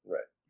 Right